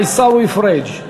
עיסאווי פריג'.